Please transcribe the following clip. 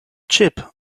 chip